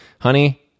Honey